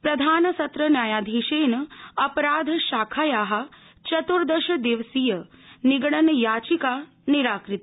प्रधानसत्र न्यायाधीशेन अपराधशाखायाः चतुर्दशादिवसीय निगड़न याचिका निराकृता